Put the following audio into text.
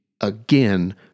Again